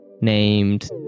named